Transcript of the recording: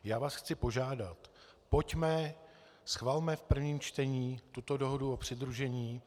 Já vás chci požádat, schvalme v prvním čtení tuto dohodu o přidružení.